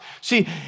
See